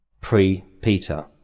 pre-Peter